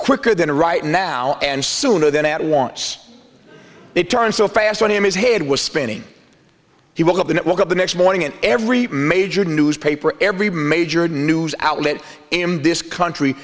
quicker than right now and sooner than at once they turned so fast on him his head was spinning he woke up and it will go up the next morning and every major newspaper every major news outlet in this country